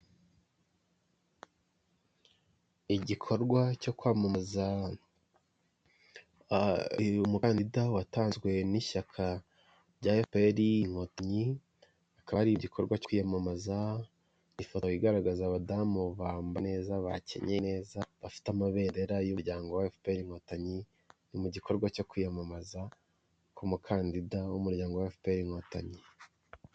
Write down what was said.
Igikorwa cyo kwamama, uyu mukandida watanzwe n'ishyaka rya efuperi inkotanyi, akaba ari igikorwa cyo kwiyamamaza, ifoto igaragaza abadamu babaneza bakenyeye neza, bafite amabendera y'umuryango wa efuperi inkotanyi, ni mu gikorwa cyo kwiyamamaza k'umukandida w'umuryango fpr inkotanyi.